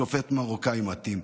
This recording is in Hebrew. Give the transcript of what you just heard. שופט מרוקאי מתאים.